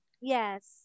Yes